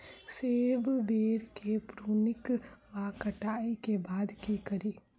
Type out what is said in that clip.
सेब बेर केँ प्रूनिंग वा कटाई केँ बाद की करि?